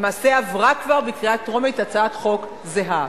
למעשה, עברה כבר בקריאה טרומית הצעת חוק זהה.